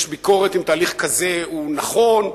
יש ביקורת אם תהליך כזה הוא נכון,